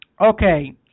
okay